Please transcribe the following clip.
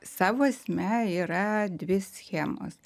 savo esme yra dvi schemos